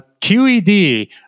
QED